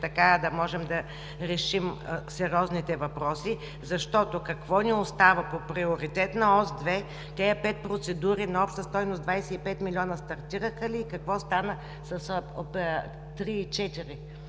така да можем да решим сериозните въпроси. Какво ни остава? По Приоритетна ос 2 тези пет процедури на обща стойност 25 милиона стартираха ли и какво стана с Трета и